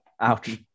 Ouch